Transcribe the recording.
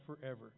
forever